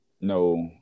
No